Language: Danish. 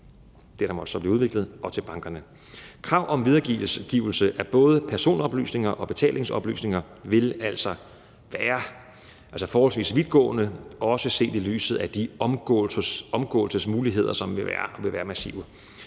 det, der måtte blive udviklet, og til bankerne. Krav om videregivelse af både personoplysninger og betalingsoplysninger vil altså være forholdsvis vidtgående, også set i lyset af de omgåelsesmuligheder, som vil være massive.